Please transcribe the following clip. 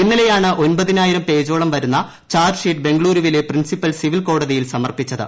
ഇന്നലെയാണ് ഒൻപതിനായിരം പേജോളം വരുന്ന ചാർജ്ജ് ഷീറ്റ് ബംഗളൂരുവിലെ പ്രിൻസിപ്പിൾ സിവിൽ കോടതിയിൽ സമർപ്പിച്ചത്